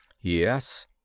Yes